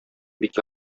бик